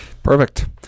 Perfect